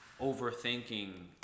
overthinking